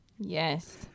Yes